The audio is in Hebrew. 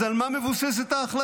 אז על מה מבוססת ההחלטה?